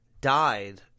died